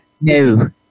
No